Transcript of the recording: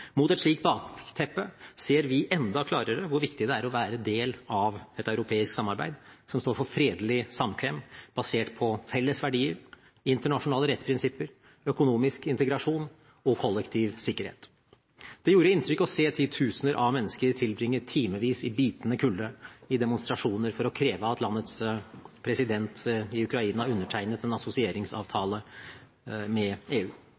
Mot et slikt bakteppe ser vi enda klarere hvor viktig det er å være en del av et europeisk samarbeid som står for fredelig samkvem basert på felles verdier, internasjonale rettsprinsipper, økonomisk integrasjon og kollektiv sikkerhet. Det gjorde inntrykk å se titusener av mennesker tilbringe timevis i bitende kulde i demonstrasjoner for å kreve at Ukrainas president undertegnet en assosieringsavtale med EU.